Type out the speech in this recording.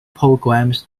programs